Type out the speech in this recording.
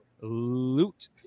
loot